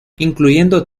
incluyendo